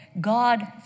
God